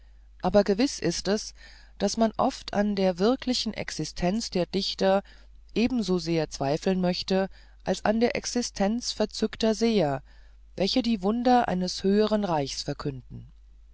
aber gewiß ist es daß man oft an der wirklichen existenz der dichter ebensosehr zweifeln möchte als an der existenz verzückter seher welche die wunder eines höheren reichs verkünden